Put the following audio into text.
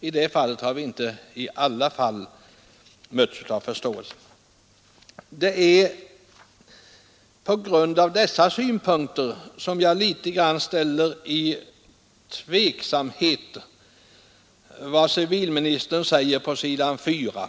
Och där har vi då inte i alla fall mötts av förståelse. Detta har varit orsaken till att jag har ställt mig litet tveksam till vad civilministern skriver på s. 4 i svaret.